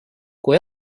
kui